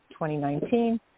2019